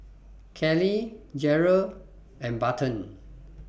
Callie Jarrell and Barton